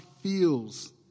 feels